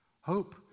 Hope